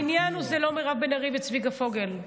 העניין הוא לא מירב בן ארי וצביקה פוגל,